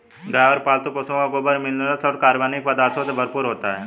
गाय और पालतू पशुओं का गोबर मिनरल्स और कार्बनिक पदार्थों से भरपूर होता है